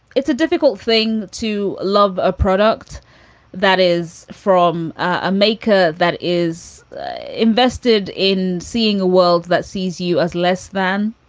it's a difficult thing to love a product that is from a maker that is invested in seeing a world that sees you as less than